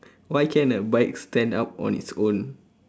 why can't a bike stand up on its own